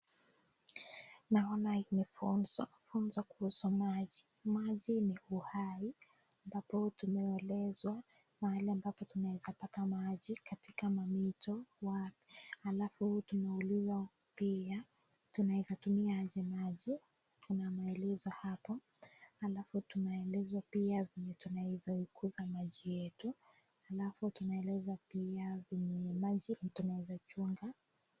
Naona kuna funzo, funzo kuhusu maji, maji ni uhai, ambapo tumeelezwa mahali tunaweza pata maji katika mamito. Halafu tunaulizwa pia tunaweza tumia aje maji, kuna maelezo hapo. Halafu tunaelezwa pia vile tunaweza iguza maji yetu, halafu tunaelezwa pia venye maji tunaweza chunga.